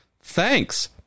thanks